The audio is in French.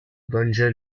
banja